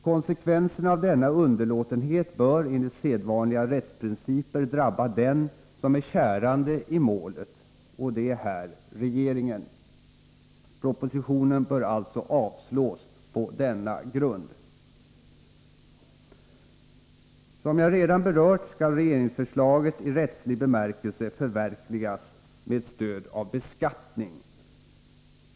Konsekvenserna av denna underlåtenhet bör enligt sedvanliga rättsprinciper drabba den som är kärande i målet — och det är här regeringen. Propositionen bör alltså avslås på denna grund. Som jag redan berört skall regeringsförslaget i rättslig bemärkelse förverkligas med stöd av beskattning.